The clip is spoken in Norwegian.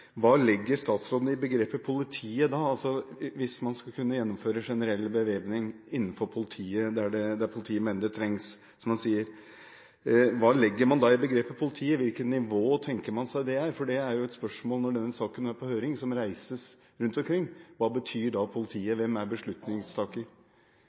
hva legger da statsråden i begrepet «politiet»? Hvis man skal kunne innføre generell bevæpning for politiet, der politiet mener det trengs, som statsråden sier, hva legger man da i begrepet «politiet»? Hvilket nivå tenker man seg det er? For når denne saken er på høring, er jo det et spørsmål som reises rundt omkring. Hva betyr da